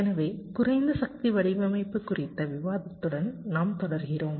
எனவே குறைந்த சக்தி வடிவமைப்பு குறித்த விவாதத்துடன் நாம் தொடர்கிறோம்